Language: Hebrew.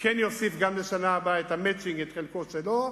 יוסיף לשנה הבאה את ה"מצ'ינג", את חלקו שלו,